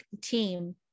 team